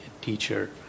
teacher